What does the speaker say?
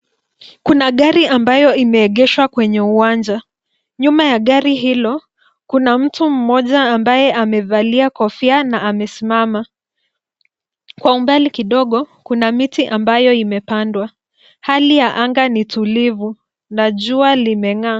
Kuna gari ambayo imeegeshwa kwenye uwanja, nyuma ya gari hilo kuna mtu mmoja ambaye amevalia kofia na amesimama. Kwa umbali kidogo kuna miti ambayo imepandwa. Hali ya anga ni tulivu na jua limengaa.